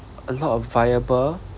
a lot of viable